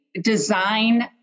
design